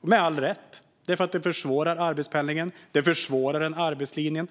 de med all rätt, eftersom det försvårar arbetspendlingen och arbetslinjen.